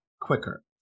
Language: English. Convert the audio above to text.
quicker